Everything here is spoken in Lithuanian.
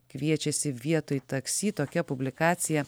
kviečiasi vietoj taksi tokia publikacija